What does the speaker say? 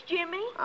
Jimmy